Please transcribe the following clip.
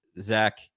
Zach